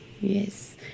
Yes